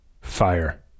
fire